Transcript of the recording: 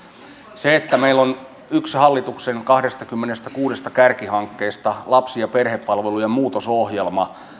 meillä yksi hallituksen kahdestakymmenestäkuudesta kärkihankkeesta on lapsi ja perhepalvelujen muutosohjelma